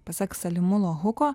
pasak salimūno huko